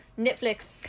Netflix